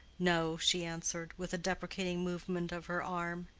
no, she answered, with a deprecating movement of her arm,